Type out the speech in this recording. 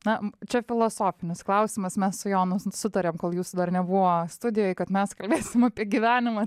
na čia filosofinis klausimas mes su jonu sutarėm kol jūsų dar nebuvo studijoj kad mes kalbėsim apie gyvenimą